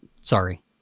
Sorry